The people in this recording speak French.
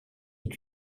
est